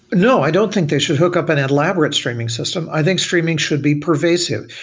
no. i don't think they should hook up at an elaborate streaming system. i think streaming should be pervasive.